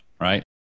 right